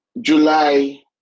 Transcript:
July